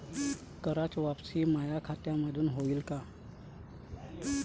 कराच वापसी माया खात्यामंधून होईन का?